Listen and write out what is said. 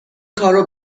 کارو